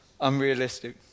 unrealistic